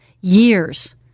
years